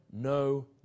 no